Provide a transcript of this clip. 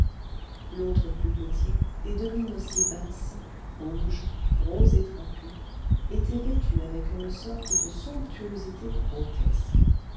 l'autre plus petit et de mine aussi basse rouge gros et trapu était vêtu avec une sorte de somptuosité grotesque